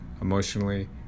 emotionally